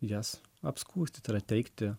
jas apskųsti tai yra teikti